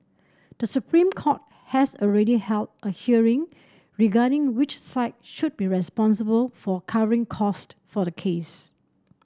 the Supreme Court has already held a hearing regarding which side should be responsible for covering cost for the case